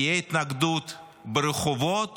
תהיה התנגדות ברחובות